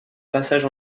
passage